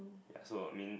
so I mean